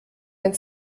wenn